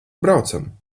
braucam